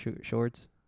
shorts